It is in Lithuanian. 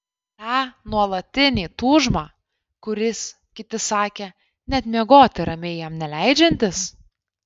tą nuolatinį tūžmą kuris kiti sakė net miegoti ramiai jam neleidžiantis